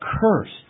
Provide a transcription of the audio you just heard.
cursed